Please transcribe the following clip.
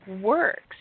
works